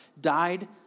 died